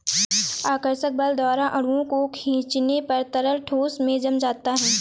आकर्षक बल द्वारा अणुओं को खीचने पर तरल ठोस में जम जाता है